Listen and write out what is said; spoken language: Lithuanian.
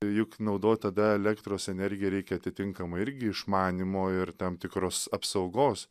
juk naudot tada elektros energiją reikia atitinkamai irgi išmanymo ir tam tikros apsaugos